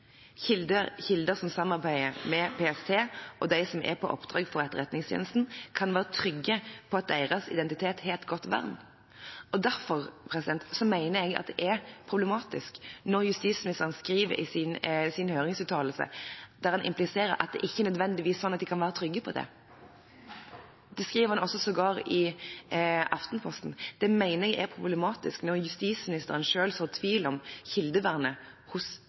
Kilder som samarbeider med PST og med dem som er på oppdrag for Etterretningstjenesten, kan være trygge på at deres identitet har et godt vern. Derfor mener jeg det er problematisk når justisministeren i sin høringsuttalelse impliserer at man ikke nødvendigvis kan være trygg på det. Det skriver han også sågar i Aftenposten. Jeg mener det er problematisk når justisministeren selv sår tvil om kildevernet hos